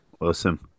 awesome